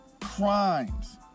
crimes